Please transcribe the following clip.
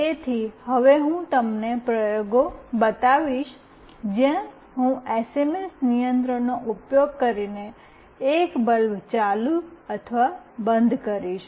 તેથી હવે હું તમને પ્રયોગો બતાવીશ જ્યાં હું એસએમએસ નિયંત્રણનો ઉપયોગ કરીને એક બલ્બ ચાલુ અને બંધ કરીશ